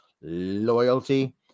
Loyalty